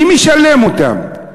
מי משלם אותם?